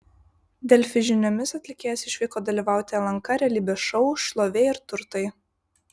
delfi žiniomis atlikėjas išvyko dalyvauti lnk realybės šou šlovė ir turtai